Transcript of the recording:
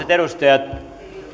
edustajat